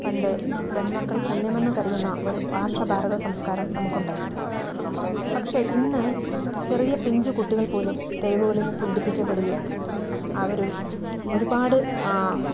പണ്ട് പെൺമക്കൾ പുണ്യം എന്ന് കരുതുന്ന ഒരു ആർഷഭാരത സംസ്കാരം നമുക്കുണ്ടായിരുന്നു പക്ഷേ ഇന്ന് ചെറിയ പിഞ്ച് കുട്ടികൾ പോലും തെരുവുകളിൽ പീഡിപ്പിക്കപ്പെടുകയാണ് അവരും ഒരുപാട്